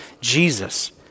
Jesus